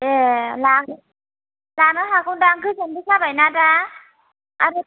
ए लानोहागौदां गोजानबो जाबायना दा आरो